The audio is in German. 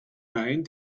wein